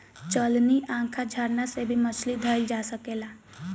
चलनी, आँखा, झरना से भी मछली धइल जा सकेला